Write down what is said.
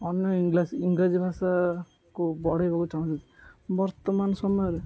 ଅନ୍ୟ ଇଂରାଜୀ ଭାଷାକୁ ବଢ଼େଇବାକୁ ଚାହୁଁଛନ୍ତି ବର୍ତ୍ତମାନ ସମୟରେ